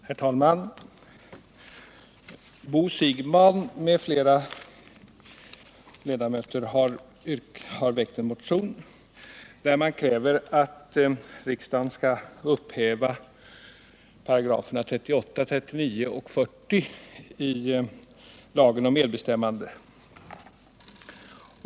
Herr talman! Bo Siegbahn m.fl. ledamöter har väckt en motion där man kräver att riksdagen skall upphäva 38, 39 och 40 §§ i lagen om medbestämmande i arbetslivet.